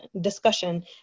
discussion